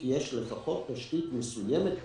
כי יש כבר לפחות תשתית מסוימת.